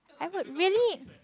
I would really